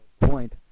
point